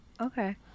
Okay